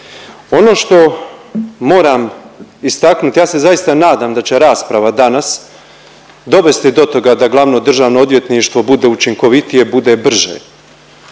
Ono što moram istaknuti, ja se zaista nadam da će rasprava danas dovesti do toga da Glavno državno odvjetništvo bude učinkovitije, bude brže.